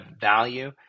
value